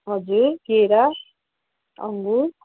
हजुर केरा अङ्गुर